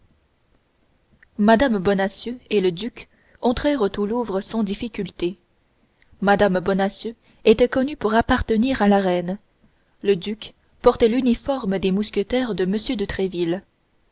madame bonacieux et le duc entrèrent au louvre sans difficulté mme bonacieux était connue pour appartenir à la reine le duc portait l'uniforme des mousquetaires de m de